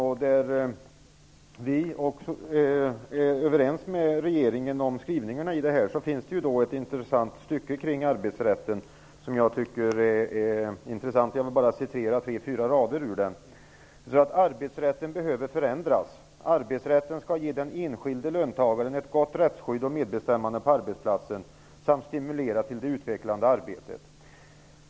Vi är överens med regeringen om skrivningarna. Det finns där ett intressant stycke om arbetsrätten: Arbetsrätten behöver förändras. Arbetsrätten skall ge den enskilde löntagaren ett gott rättsskydd och medbestämmande på arbetsplatsen samt stimulera till det utvecklande arbetet.